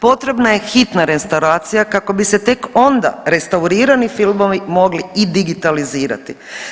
Potrebna je hitna restauracija kako bi se tek onda restaurirani filmovi mogli i digitalizirati.